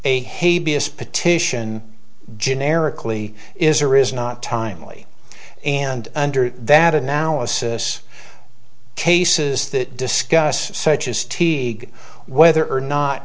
s petition generically is or is not timely and under that analysis cases that discuss such as teague whether or not